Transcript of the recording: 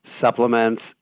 supplements